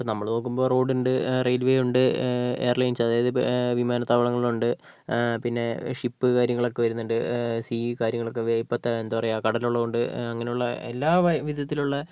ഇപ്പോൾ നമ്മൾ നോക്കുമ്പോൾ റോഡുണ്ട് റെയിൽ വേ ഉണ്ട് എയർ ലൈൻസ് അതായത് വിമാനതാവളങ്ങളുണ്ട് പിന്നെ ഷിപ് കാര്യങ്ങളൊക്കെ വരുന്നുണ്ട് കാര്യങ്ങളൊക്കെ ഇപ്പോഴത്തെ എന്താ പറയുക കടൽ ഉള്ളത്കൊണ്ട് അങ്ങനെയുള്ള എല്ലാ വിധത്തിലുള്ള